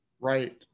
Right